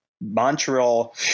Montreal